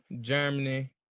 Germany